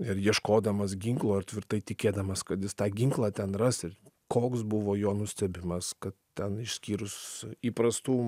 ir ieškodamas ginklo ar tvirtai tikėdamas kad jis tą ginklą ten ras ir koks buvo jo nustebimas kad ten išskyrus įprastų